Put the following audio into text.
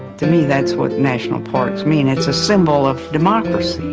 to me that's what national parks mean. it's a symbol of democracy,